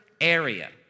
area